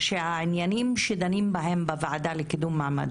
שהעניינים שאנחנו דנים בהם בוועדה לקידום מעמד